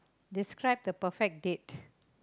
describe the perfect date